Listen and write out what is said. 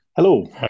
Hello